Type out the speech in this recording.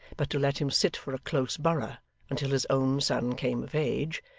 but to let him sit for a close borough until his own son came of age,